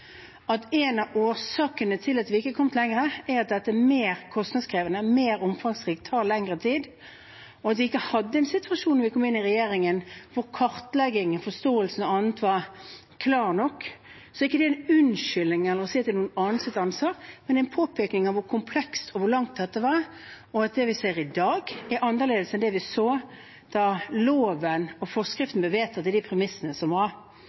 ikke er kommet lenger, er at dette er mer kostnadskrevende, mer omfattende og tar lengre tid, og at vi ikke hadde en situasjon da vi kom inn i regjering, der kartleggingen og forståelsen av annet var klar nok, så er ikke det en unnskyldning eller å si at det er noen andres ansvar. Det er en påpekning av hvor komplekst dette er, og at det vi ser i dag, er annerledes enn det vi så da loven og forskriften ble vedtatt med de premissene som var.